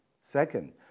Second